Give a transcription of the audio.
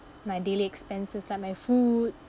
my daily expenses like my food